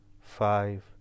five